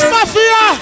Mafia